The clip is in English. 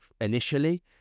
initially